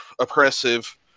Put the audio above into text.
oppressive